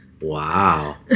Wow